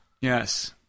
Yes